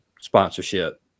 sponsorship